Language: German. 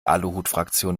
aluhutfraktion